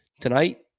tonight